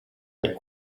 that